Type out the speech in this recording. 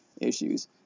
issues